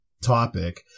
topic